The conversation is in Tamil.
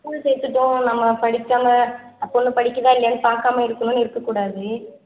ஸ்கூல் சேர்த்துட்டோம் நம்ம படிக்காமல் ஆ பொண்ணு படிக்கிதா இல்லையானு பார்க்காம இருக்கணும்னு இருக்கக்கூடாது